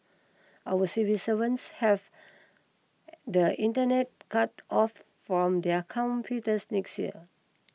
our civil servants have the Internet cut off from their computers next year